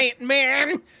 man